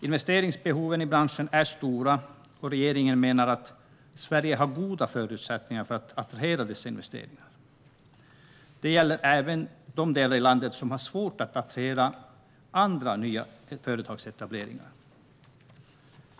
Investeringsbehoven i branschen är stora, och regeringen menar att Sverige har goda förutsättningar för att attrahera dessa investeringar. Det gäller även de delar av landet som har svårt att attrahera andra nya företagsetableringar.